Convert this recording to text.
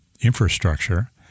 infrastructure